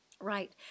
Right